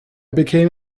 became